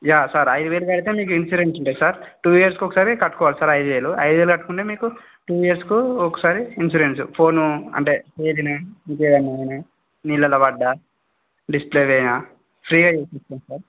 yeah sir ఐదు వేలు కడితే మీకు ఇన్సూరెన్స్ ఉంటాయి సార్ టూ ఇయర్స్కొకసారి కట్టుకోవాలి సార్ ఐదు వేలు ఐదు వేలు కట్టుకుంటే మీకు టూ ఇయర్స్కు ఒకసారి ఇన్సూరెన్స్ ఫోను అంటే ఇంకెవన్నా గానీ నీళ్ళల్లో పడ్డా డిస్ప్లే పోయినా ఫ్రీగా వేసిస్తాం సార్